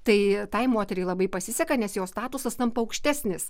tai tai moteriai labai pasiseka nes jos statusas tampa aukštesnis